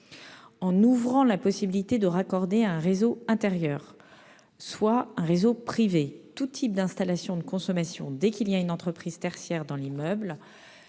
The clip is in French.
En ouvrant la possibilité de raccorder à un réseau intérieur, c'est-à-dire à un réseau privé, tout type d'installation de consommation dès qu'il y a une entreprise tertiaire dans l'immeuble,